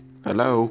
Hello